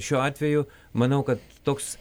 šiuo atveju manau kad toks